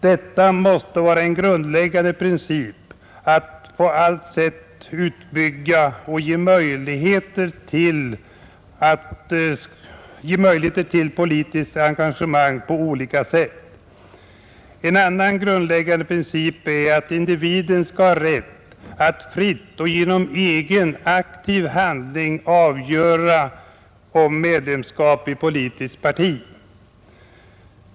Detta måste vara en grundläggande princip: att på allt sätt utbygga möjligheterna till politiskt engagemang av olika slag. En annan grundläggande princip är att individen skall ha rätt att fritt och genom egen aktiv handling fatta beslut om medlemskap i politiskt parti.